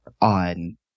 on